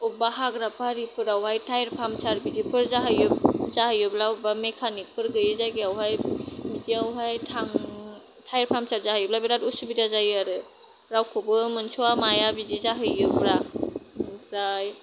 अबबा हाग्रा बारिफोरावहाय टायार फामसार बिदिफोर जाहैयो जाहैयोब्ला अबबा मेकानिकफोर गोयै जायगायावहाय बिदियावहाय थां टायार फामसार जाहैयोब्ला बेराद उसुबिदा जायो आरो रावखौबो मोनस'आ माया बिदि जाहैयोब्ला ओमफ्राय